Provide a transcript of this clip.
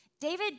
David